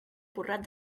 porrat